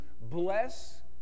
bless